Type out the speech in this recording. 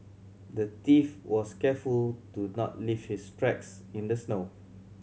the thief was careful to not leave his tracks in the snow